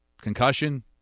Concussion